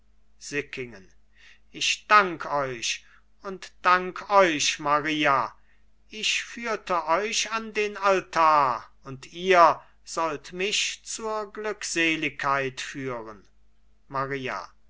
sickingen ich dank euch und dank euch maria ich führte euch an den altar und ihr sollt mich zur glückseligkeit führen maria